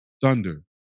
thunder